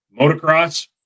motocross